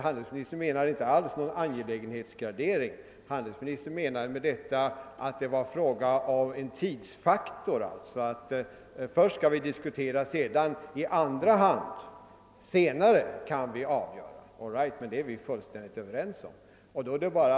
Handelsministern avser inte alls någon angelägenhetsgradering utan endast att det var fråga om en tidsfaktor, att man alltså först skall diskutera och senare får avgöra frågan. All right, den saken är vi fullständigt överens om. Jag.